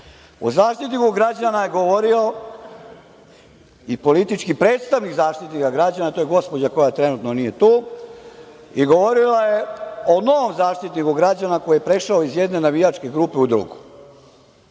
Zaštitniku građana je govorio i politički predstavnik Zaštitnika građana, gospođa koja trenutno nije tu, i govorila je o novom Zaštitniku građana koji je prešao iz jedne navijačke grupe u drugu,